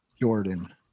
Jordan